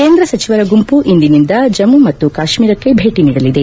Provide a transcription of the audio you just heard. ಕೇಂದ್ರ ಸಚಿವರ ಗುಂಪು ಇಂದಿನಿಂದ ಜಮ್ಮು ಮತ್ತು ಕಾಶ್ಮೀರಕ್ಕೆ ಭೇಟಿ ನೀಡಲಿದೆ